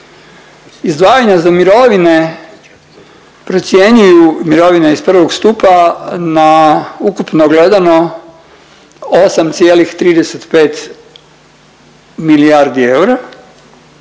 izdvajanja za mirovine procjenjuju, mirovine iz prvog stupa na ukupno gledano 8,35 milijardi eura,